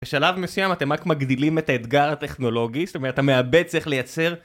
בשלב מסוים אתם רק מגדילים את האתגר הטכנולוגי, זאת אומרת, המעבד צריך לייצר...